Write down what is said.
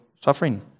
suffering